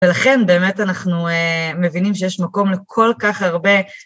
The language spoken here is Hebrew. ולכן באמת אנחנו מבינים שיש מקום לכל כך הרבה